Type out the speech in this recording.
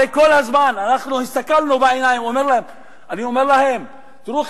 הרי כל הזמן אנחנו הסתכלנו בעיני מציעי החוק ואמרנו להם: תראו,